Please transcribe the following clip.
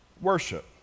worship